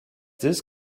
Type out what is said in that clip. this